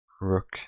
Rook